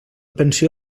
pensió